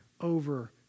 over